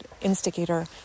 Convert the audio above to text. instigator